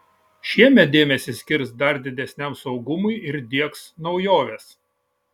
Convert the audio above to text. šiemet dėmesį skirs dar didesniam saugumui ir diegs naujoves